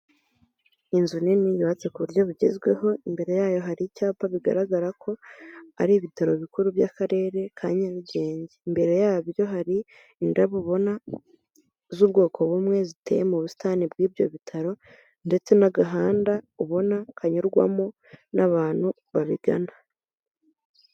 Inzu nini yubatse ku buryo bugezweho, imbere yayo hari icyapa bigaragara ko ari ibitaro bikuru by'akarere ka Nyarugenge. Imbere yabyo hari indabo ubona z'ubwoko bumwe ziteye mu busitani bw'ibyo bitaro ndetse n'agahanda ubona kanyurwamo n'abantu babigana.